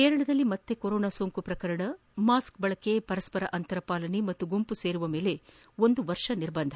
ಕೇರಳದಲ್ಲಿ ಮತ್ತೆ ಕೊರೋನಾ ಸೋಂಕು ಉಲ್ಲಣ ಮಾಸ್ ಬಳಕೆ ಪರಸ್ಪರ ಅಂತರ ಪಾಲನೆ ಮತ್ತು ಗುಂಪು ಸೇರುವುದರ ಮೇಲೆ ಒಂದು ವರ್ಷ ನಿರ್ಬಂಧ